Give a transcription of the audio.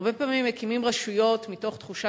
הרבה פעמים מקימים רשויות מתוך תחושה